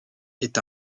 est